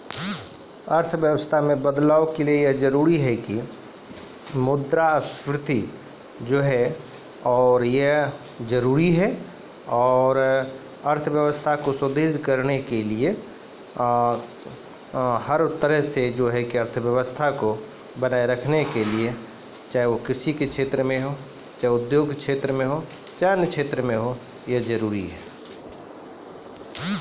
अर्थव्यवस्था म बड़ा स्तर पर बदलाव पुनः मुद्रा स्फीती स आबै छै